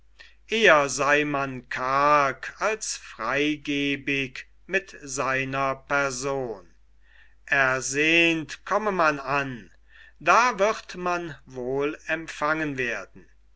eher sei man karg als freigebig mit seiner person ersehnt komme man an da wird man wohl empfangen werden